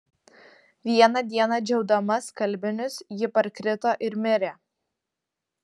vieną dieną džiaudama skalbinius ji parkrito ir mirė